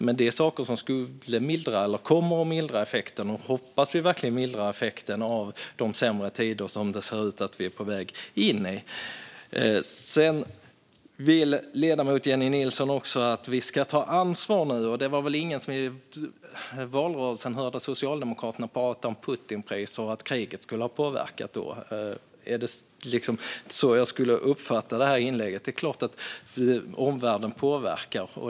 Det är dock saker som skulle eller kommer att mildra effekten - det hoppas vi verkligen - av de sämre tider som vi ser ut att vara på väg in i. Sedan vill ledamoten Jennie Nilsson att vi ska ta ansvar nu. Det var väl ingen som under valrörelsen hörde Socialdemokraterna prata om Putinpriser och att kriget skulle ha påverkat - är det så jag ska uppfatta inlägget? Det är klart att omvärlden påverkar.